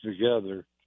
together